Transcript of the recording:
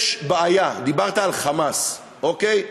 יש בעיה, דיברת על "חמאס", אוקיי,